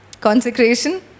Consecration